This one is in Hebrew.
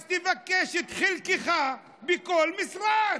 אז תבקש את חלקך בכל משרד,